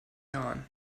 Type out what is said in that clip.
jahren